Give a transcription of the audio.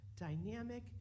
dynamic